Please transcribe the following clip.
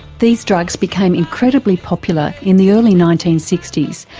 these drugs became incredibly popular in the early nineteen sixty s,